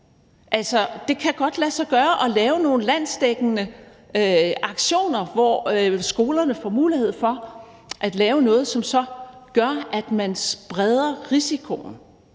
det kan godt lade sig gøre at lave nogle landsdækkende aktioner, hvor skolerne får mulighed for at lave noget, som gør, at man spreder risikoen,